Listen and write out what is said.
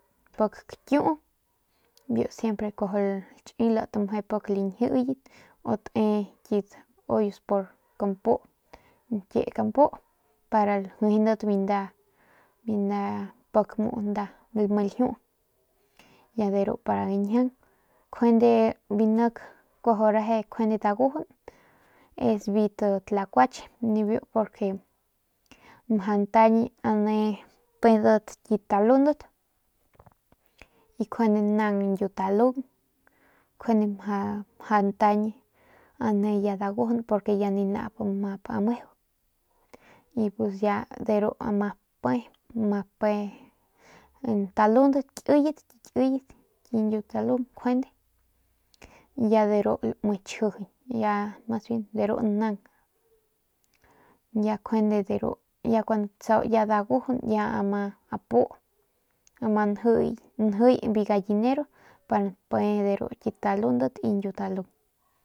Biu pik kakiu kuajau lachilat meje pik lañjiyatu te ollos pik lañjiyat bu ñkie kampu para nlejendat nda pik muu nda lame ljuu de ru pa njiaung njuande biu nik ñjiaung reje dagujun es biu t tlacuache nibiu porque mjau ntañ ane y pedat kit talundat y njuande naung ñkiutalung njuande mjau ljañ ane ya dagujun porque ya ni nau map meju y pus ya deru ama pe ama pe talundat ki kiyet ki kiyet ñkiutalung njuande ya deru laui tchijiñ ya mas bien deru naung ya njuande de ru ya cuando tsau ya dagujun ya ama pu njiy biu gallinero pa npe de ru kit talundat y ñkiutalung.